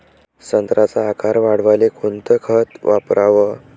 संत्र्याचा आकार वाढवाले कोणतं खत वापराव?